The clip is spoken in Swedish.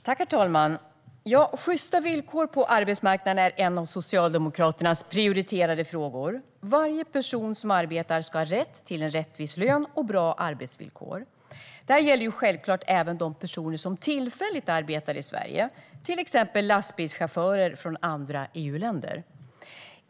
Herr talman! Sjysta villkor på arbetsmarknaden är en av Socialdemokraternas prioriterade frågor. Varje person som arbetar ska ha rätt till en rättvis lön och bra arbetsvillkor. Detta gäller självklart även de personer som tillfälligt arbetar i Sverige, till exempel lastbilschaufförer från andra EU-länder.